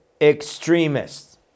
extremists